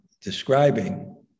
describing